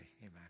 Amen